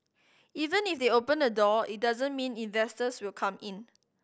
even if they open the door it doesn't mean investors will come in